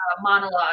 monologue